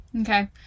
Okay